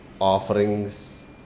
offerings